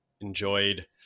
enjoyed